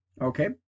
Okay